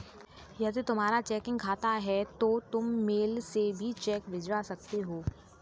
यदि तुम्हारा चेकिंग खाता है तो तुम मेल से भी चेक भिजवा सकते हो